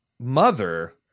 Mother